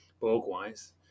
Borg-wise